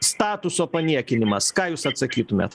statuso paniekinimas ką jūs atsakytumėt